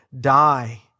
die